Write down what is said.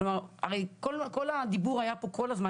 הרי כל הדיבור פה כל הזמן,